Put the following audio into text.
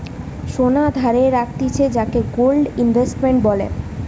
সোনা ধারে রাখতিছে যাকে গোল্ড ইনভেস্টমেন্ট বলে